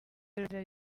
riragira